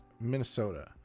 minnesota